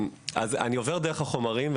אני עובר דרך החומרים,